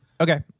Okay